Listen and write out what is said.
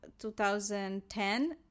2010